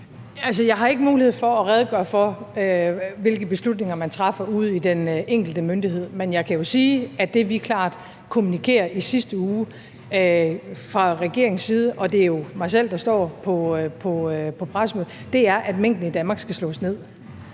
Jeg har ikke mulighed for at redegøre for, hvilke beslutninger man træffer ude i den enkelte myndighed, men jeg kan sige, at det, vi fra regeringens side klart kommunikerer i sidste uge, og det er jo mig selv, der står på pressemødet, er, at minkene i Danmark skal slås ned.